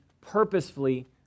purposefully